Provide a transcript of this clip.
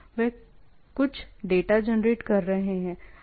वे कुछ data generate कर रहे हैं